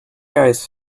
eyes